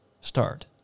start